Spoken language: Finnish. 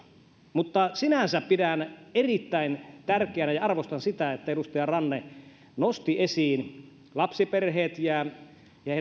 mutta sinänsä pidän erittäin tärkeänä ja arvostan sitä että edustaja ranne nosti tässä esiin lapsiperheet ja